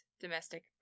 domestic